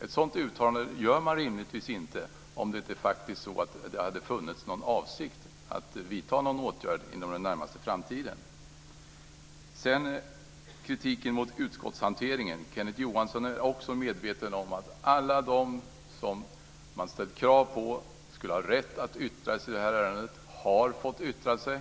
Ett sådant uttalande gör man rimligtvis inte om det inte hade funnits en avsikt att vidta åtgärder inom den närmaste framtiden. Kenneth Johansson framför kritik mot utskottshanteringen. Han är också medveten om att alla de man krävt skulle ha rätt att yttra sig i ärendet har fått yttra sig.